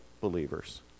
believers